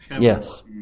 Yes